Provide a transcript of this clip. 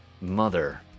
mother